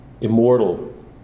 immortal